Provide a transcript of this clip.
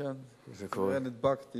אולי נדבקתי